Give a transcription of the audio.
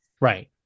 Right